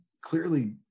clearly